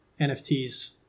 NFTs